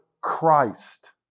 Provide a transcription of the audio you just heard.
Christ